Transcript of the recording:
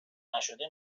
نشده